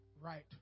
Right